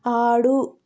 ఆడు